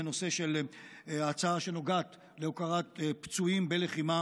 בנושא של ההצעה שנוגעת להוקרת פצועים בלחימה